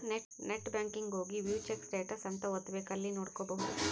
net banking ಹೋಗಿ view check status ಅಂತ ಒತ್ತಬೆಕ್ ಅಲ್ಲಿ ನೋಡ್ಕೊಬಹುದು